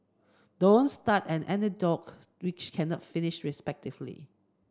don't start an anecdote which cannot finish respectfully